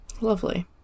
Lovely